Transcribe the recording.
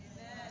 Amen